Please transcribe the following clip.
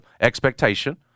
expectation